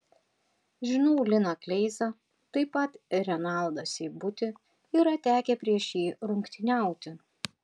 žinau liną kleizą taip pat renaldą seibutį yra tekę prieš jį rungtyniauti